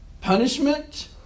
Punishment